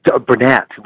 Burnett